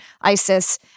ISIS